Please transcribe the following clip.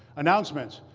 announcements.